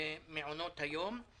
במעונות היום.